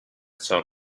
sort